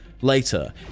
Later